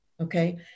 Okay